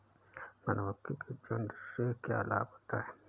मधुमक्खी के झुंड से क्या लाभ होता है?